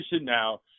now